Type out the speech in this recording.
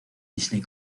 disney